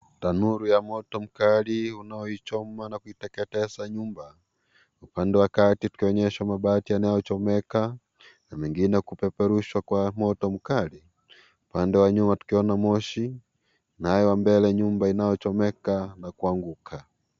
Nuru ya moto mkali unaoichoma na kuiteketeza nyumba , upande wa kati tukionyeshwa mabati yanayochomeka na mengine kupeperushwa kwa moto mkali , upande wa nyuma tukiona moshi nayo mbele nyumba inayochomomeka na kuanguka.